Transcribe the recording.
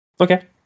Okay